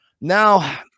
now